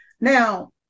now